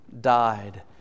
died